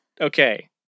Okay